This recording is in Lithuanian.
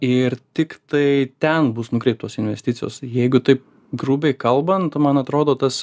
ir tik tai ten bus nukreiptos investicijos jeigu taip grubiai kalbant man atrodo tas